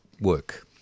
work